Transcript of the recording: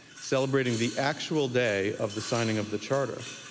celebrating the actual day of the signing of the charter.